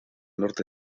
norte